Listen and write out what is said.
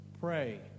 Pray